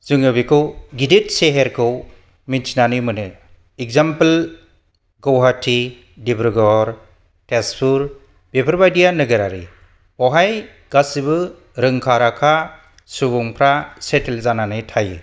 जोङो बेखौ गिदित सेहेरखौ मिथिनानै मोनो एक्जाम्पल गौहाथि दिब्रुगड़ तेजपुर बेफोरबायदिया नोगोरारि बाउहाय गासिबो रोंखा राखा सुबुंफ्रा सेटल जानानै थायो